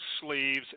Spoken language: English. sleeves